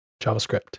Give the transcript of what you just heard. JavaScript